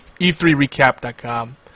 E3Recap.com